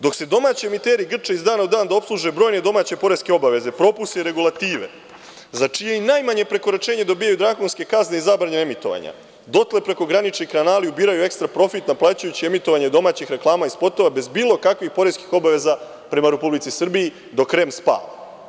Dok se domaći emiteri grče iz dana u dan da opsluže brojne domaće poreske obaveze, propise i regulative, za čije i najmanje prekoračenje dobijaju drakonske kazne i zabrane emitovanja, dotle prekogranični kanali ubiraju ekstra profit naplaćujući emitovanje domaćih reklama i spotova bez bilo kakvih poreskih obaveza prema Republici Srbiji, dok REM spava.